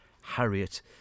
Harriet